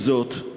עם זאת,